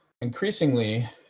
Increasingly